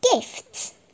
gifts